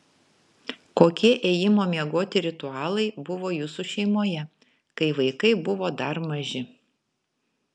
kokie ėjimo miegoti ritualai buvo jūsų šeimoje kai vaikai buvo dar maži